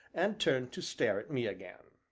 and turned to stare at me again.